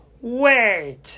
Wait